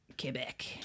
Quebec